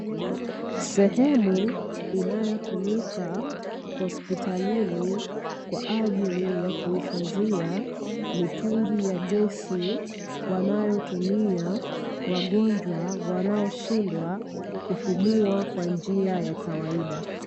Sehemu inayotumika hospitalini kwa ajili ya kuhifadhia mitungi ya gesi wanayotumia wagonjwa wanaoshindwa kupumua kwa njia ya kawaida.